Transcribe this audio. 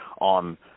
on –